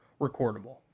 recordable